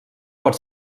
pot